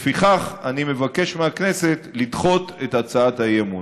לפיכך, אני מבקש מהכנסת לדחות את הצעת האי-אמון.